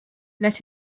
let